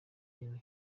kuntu